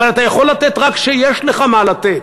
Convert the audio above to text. אבל אתה יכול לתת רק כשיש לך מה לתת.